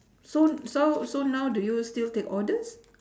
so so so now do you still take orders